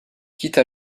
quitte